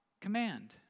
command